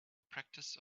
practice